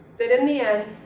that in the end,